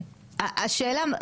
השאלה,